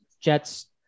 Jets